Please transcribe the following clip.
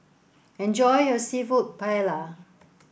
enjoy your Seafood Paella